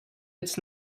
its